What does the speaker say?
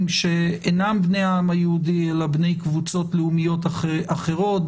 שאינם בני העם היהודי אלא בני קבוצות לאומיות אחרות,